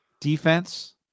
defense